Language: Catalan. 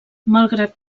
malgrat